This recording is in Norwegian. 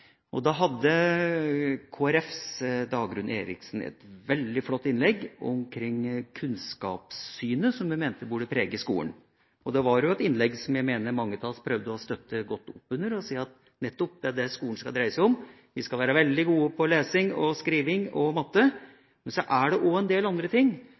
hadde da et veldig flott innlegg om kunnskapssynet som hun mente burde prege skolen. Det var et innlegg som jeg mener at mange av oss prøvde å støtte godt oppunder, ved å si: Nettopp, det er det skolen skal dreie seg om. Vi skal være veldig gode på lesing, skriving og matte, men det også en del andre ting